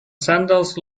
sandals